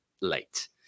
late